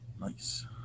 Nice